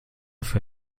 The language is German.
für